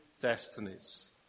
destinies